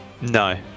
No